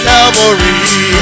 Calvary